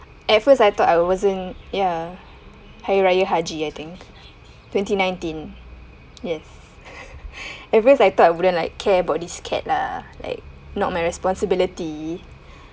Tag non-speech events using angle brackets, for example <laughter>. at first I thought I wasn't ya hari raya haji I think twenty nineteen yes <laughs> at first I thought wouldn't like care about this cat lah like not my responsibility